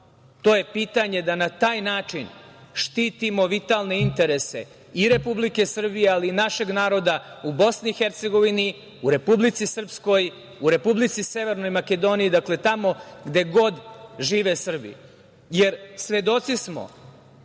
to je pitanje da na taj način štitimo vitalne interese i Republike Srbije, ali i našeg naroda u Bosni i Hercegovini, u Republici Srpskoj, u Republici Severnoj Makedoniji, dakle tamo gde god žive Srbi. Jer, svedoci smo